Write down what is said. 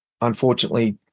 unfortunately